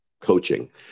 coaching